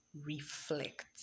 reflect